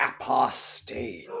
apostate